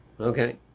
Okay